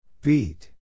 Beat